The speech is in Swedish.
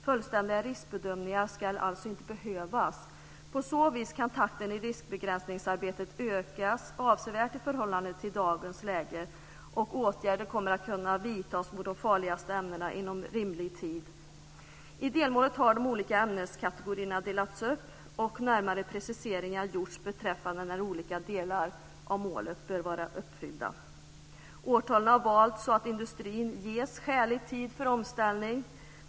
Fullständiga riskbedömningar ska alltså inte behövas. På så vis kan takten i riskbegränsningsarbetet ökas avsevärt i förhållande till dagens läge, och åtgärder kommer att kunna vidtas mot de farligaste ämnena inom rimlig tid. I delmålet har de olika ämneskategorierna delats upp och närmare preciseringar gjorts beträffande när olika delar av målet bör vara uppfyllda. Årtalen har valts så att industrin ges skälig tid för omställning.